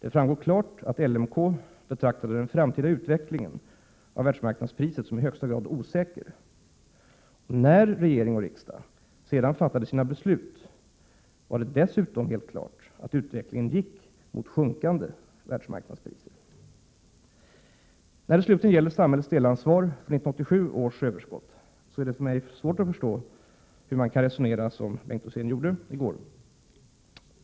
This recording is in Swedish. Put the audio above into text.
Det framgår klart att livsmedelskommittén betraktade den framtida utvecklingen av världsmarknadspriset som i högsta grad osäker. När regering och riksdag sedan fattade sina beslut var det dessutom helt klart att utvecklingen gick mot sjunkande världsmarknadspriser. För det tredje: När det slutligen gäller samhällets delansvar för 1987 års överskott är det för mig svårt att förstå hur man kan resonera som Bengt Rosén gjorde i går.